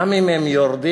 גם אם הם יורדים,